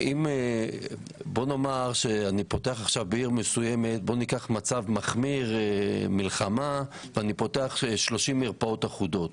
בואו ניקח מצב מחמיר כמו מלחמה ואני פותח 30 מרפאות אחודות.